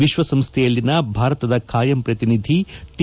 ವಿಶ್ವಸಂಸ್ಥೆಯಲ್ಲಿನ ಭಾರತದ ಬಾಯಂ ಪ್ರತಿನಿಧಿ ಟಿ